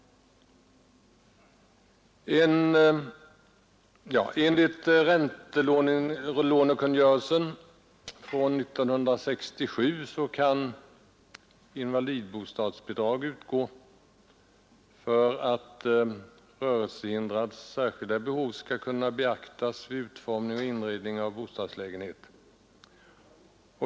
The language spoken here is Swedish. Enligt räntelånekungörelsen från 1967 kan invalidbostadsbidrag utgå för att rörelsehindrads särskilda behov skall kunna beaktas vid utformning och inredning av bostadslägenhet.